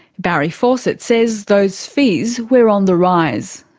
barry fawcett says those fees were on the rise.